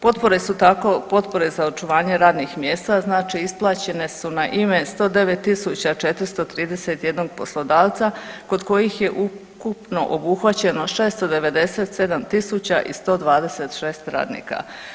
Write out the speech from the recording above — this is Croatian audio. Potpore su tako, potpore za očuvanje radnih mjesta znači isplaćene su na ime 109.431 poslodavca kod kojih je ukupno obuhvaćeno 697.126 radina.